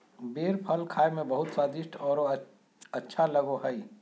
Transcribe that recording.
बेर फल खाए में बहुत स्वादिस्ट औरो अच्छा लगो हइ